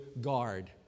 guard